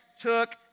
took